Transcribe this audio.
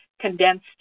condensed